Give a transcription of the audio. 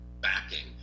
backing